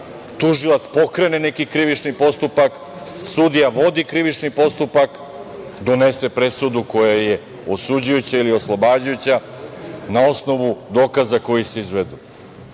tužilac pokrene neki krivični postupak, sudija vodi krivični postupak, donese presudu koja je osuđujuća ili oslobađajuća, na osnovu dokaza koji se izvedu. Moram